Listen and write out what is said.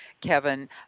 Kevin